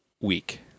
week